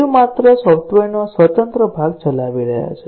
તેઓ માત્ર સોફ્ટવેરનો સ્વતંત્ર ભાગ ચલાવી રહ્યા છે